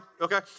okay